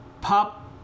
Pop